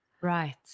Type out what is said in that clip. Right